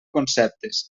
conceptes